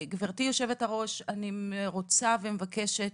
גברתי היושבת-ראש, אני רוצה ומבקשת